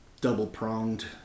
double-pronged